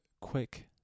quick